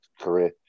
career